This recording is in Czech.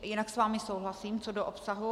Jinak s vámi souhlasím, co do obsahu.